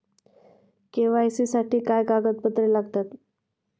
KYC साठी काय कागदपत्रे लागतात?